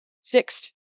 Sixth